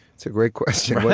it's a great question.